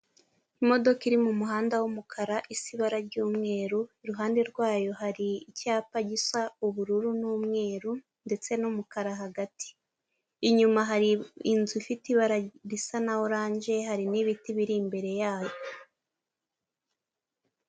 Imodoka iri mu muhanda w'umukara isa ibara ry'umweru, iruhande rwayo hari icyapa gisa ubururu n'umweru ndetse n'umukara hagati. Inyuma hari inzu ifite ibara risa na oranje, hari n'ibiti biri imbere yayo.